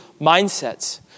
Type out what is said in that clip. mindsets